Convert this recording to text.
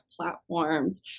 platforms